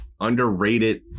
underrated